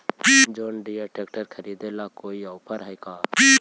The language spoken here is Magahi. जोन डियर के ट्रेकटर खरिदे में कोई औफर है का?